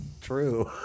true